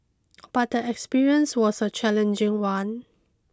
but the experience was a challenging one